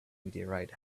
meteorite